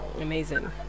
amazing